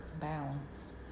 Balance